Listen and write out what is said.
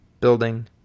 building